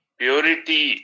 purity